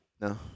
No